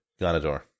Ganador